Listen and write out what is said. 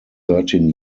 thirteen